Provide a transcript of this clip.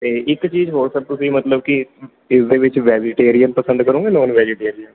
ਅਤੇ ਇੱਕ ਚੀਜ਼ ਹੋਰ ਸਰ ਤੁਸੀਂ ਮਤਲਬ ਕਿ ਇਸਦੇ ਵਿੱਚ ਵੈਜੀਟੇਰੀਅਨ ਪਸੰਦ ਕਰੋਗੇ ਨੋਨ ਵੈਜੀਟੇਰੀਅਨ